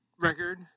record